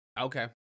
okay